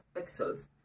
pixels